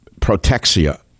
Protexia